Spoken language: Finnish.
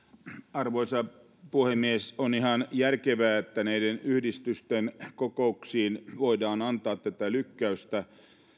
arvoisa puhemies on ihan järkevää että näiden yhdistysten kokouksiin voidaan antaa tätä lykkäystä